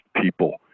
people